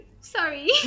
sorry